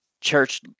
church